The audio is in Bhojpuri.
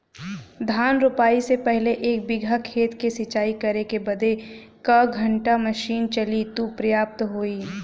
धान रोपाई से पहिले एक बिघा खेत के सिंचाई करे बदे क घंटा मशीन चली तू पर्याप्त होई?